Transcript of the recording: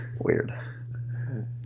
Weird